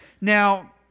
Now